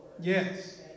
yes